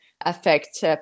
affect